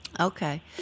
Okay